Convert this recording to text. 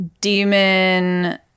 demon